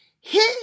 Hit